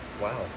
Wow